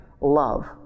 love